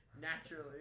naturally